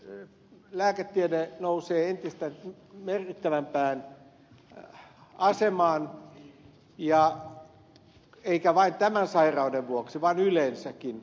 silloin molekyylilääketiede nousee entistä merkittävämpään asemaan eikä vain tämän sairauden vuoksi vaan yleensäkin